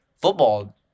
football